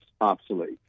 obsolete